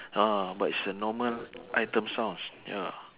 ah but it's a normal item sounds ya